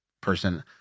person